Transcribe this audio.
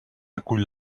acull